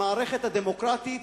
המערכת הדמוקרטית